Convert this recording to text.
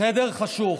חדר חשוך.